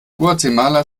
guatemala